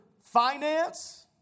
finance